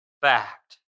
fact